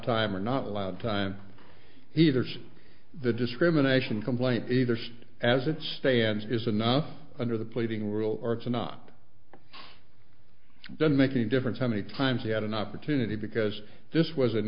time or not allowed time heaters the discrimination complaint either so as it stands is enough under the pleading rule or it's not it doesn't make any difference how many times he had an opportunity because this was an